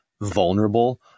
vulnerable